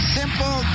simple